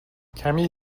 کمی